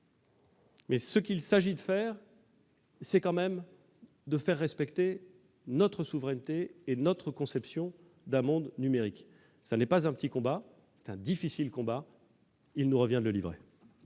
Mais ce dont il s'agit, c'est quand même de faire respecter notre souveraineté et notre conception du monde numérique. Ce n'est pas un petit combat ; c'est un combat difficile qu'il nous revient de livrer